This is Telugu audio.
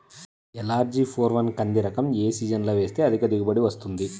ఎల్.అర్.జి ఫోర్ వన్ కంది రకం ఏ సీజన్లో వేస్తె అధిక దిగుబడి వస్తుంది?